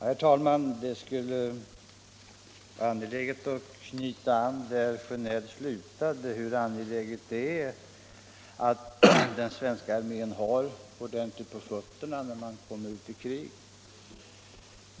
Herr talman! Jag skulle vilja anknyta där herr Sjönell slutade: Det är angeläget att den svenska armén har ordentligt på fötterna när den kommer ut i krig.